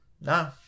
no